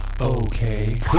Okay